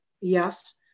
yes